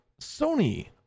Sony